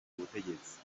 ubutegetsi